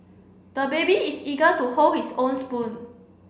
the baby is eager to hold his own spoon